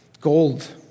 Gold